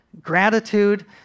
gratitude